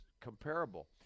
comparable